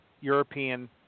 European